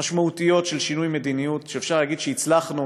משמעותיות של שינוי מדיניות שאפשר להגיד שהצלחנו